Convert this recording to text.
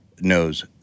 knows